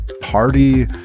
party